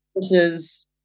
versus